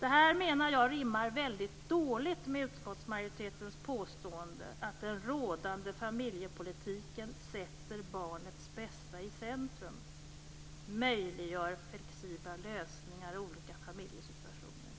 Det här rimmar väldigt dåligt med utskottsmajoritetens påstående att den rådande familjepolitiken sätter barnets bästa i centrum och möjliggör flexibla lösningar i olika familjesituationer.